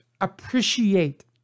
appreciate